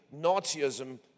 Nazism